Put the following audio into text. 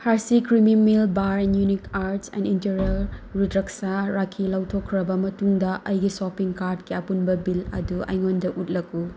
Hershey creamy milk ꯕꯥꯔꯟ unique arts and interior Rudraksha ꯔꯥꯈꯤ ꯂꯧꯊꯣꯛꯈ꯭ꯔꯕ ꯃꯇꯨꯡꯗ ꯑꯩꯒꯤ ꯁꯣꯞꯄꯤꯡ ꯀꯥꯔꯠꯀꯤ ꯑꯄꯨꯟꯕ ꯕꯤꯜ ꯑꯗꯨ ꯑꯩꯉꯣꯟꯗ ꯎꯠꯂꯛꯎ